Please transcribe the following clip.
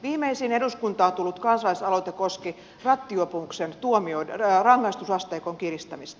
viimeisin eduskuntaan tullut kansalaisaloite koski rattijuopumuksen rangaistusasteikon kiristämistä